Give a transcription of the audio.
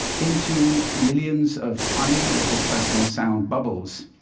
into millions of tiny, little personal sound bubbles.